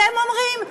אתם אומרים,